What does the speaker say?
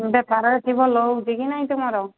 ବେପାର ଏଠି ଭଲ ହେଉଛି କି ନାହିଁ ତୁମର